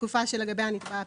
בתקופה שלגביה נתבע הפיצוי,